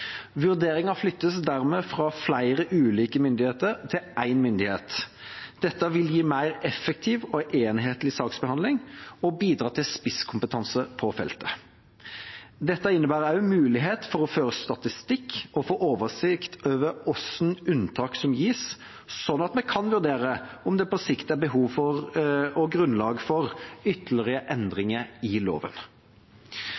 vil gi mer effektiv og enhetlig saksbehandling og bidra til spisskompetanse på feltet. Dette innebærer også mulighet for å føre statistikk og få oversikt over hvilke unntak som gis, slik at vi kan vurdere om det på sikt er behov for og grunnlag for ytterligere